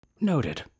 Noted